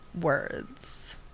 words